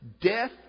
death